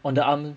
on the arm